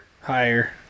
Higher